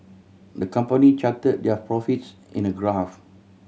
the company charted their profits in a graph